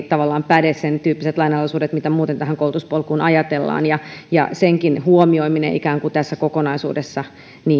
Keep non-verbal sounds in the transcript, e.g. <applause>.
<unintelligible> tavallaan päde sen tyyppiset lainalaisuudet mitä muuten koulutuspolkuun ajatellaan ja ja senkin huomioiminen tässä kokonaisuudessa